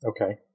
Okay